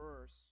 verse